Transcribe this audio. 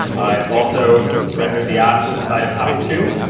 i also rendered the app inside of app two.